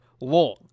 Long